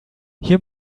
hier